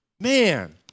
man